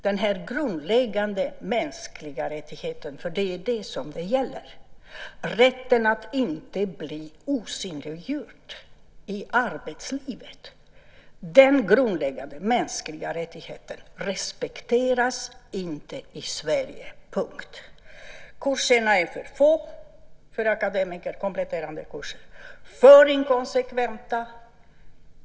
Det gäller en grundläggande mänsklig rättighet, rätten att inte bli osynliggjord i arbetslivet. Den grundläggande mänskliga rättigheten respekteras inte i Sverige, punkt. Kompletterande kurser för akademiker är för få och för inkonsekventa.